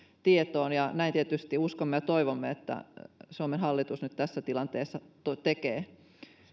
tietoon ja tietysti uskomme ja toivomme että suomen hallitus nyt tässä tilanteessa näin tekee